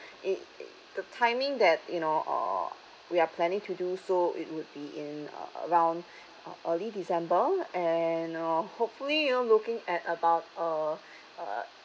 it it the timing that you know uh we are planning to do so it would be in uh around early december and uh hopefully I'm looking at about uh uh